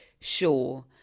sure